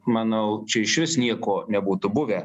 manau čia išvis nieko nebūtų buvę